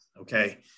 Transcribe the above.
Okay